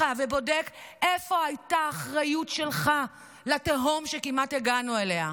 ובודק איפה הייתה האחריות שלך לתהום שכמעט הגענו אליה.